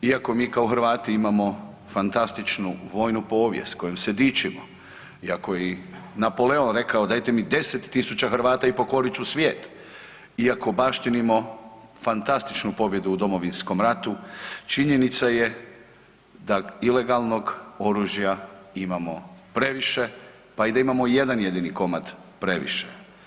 Iako mi kao Hrvati imamo fantastičnu vojnu povijest kojom se dičimo iako i Napoleon rekao dajte mi 10.000 Hrvata i pokorit ću svijet, iako baštinimo fantastičnu pobjedu u Domovinskom ratu činjenica je da ilegalnog oružja imamo previše, pa da imamo i jedan jedini komad previše.